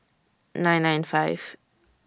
nine nine five